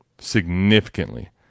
significantly